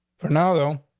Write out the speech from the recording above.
for now, though,